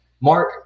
Mark